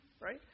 right